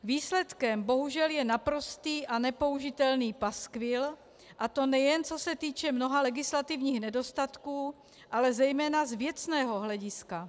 Výsledkem bohužel je naprostý a nepoužitelný paskvil, a to nejen co se týče mnoha legislativních nedostatků, ale zejména z věcného hlediska.